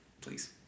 please